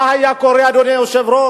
מה היה קורה, אדוני היושב-ראש?